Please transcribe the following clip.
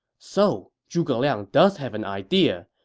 so zhuge liang does have an idea!